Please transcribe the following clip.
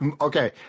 Okay